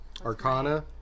Arcana